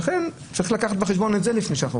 לכן צריך לקחת את זה בחשבון לפני שאנחנו